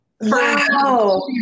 Wow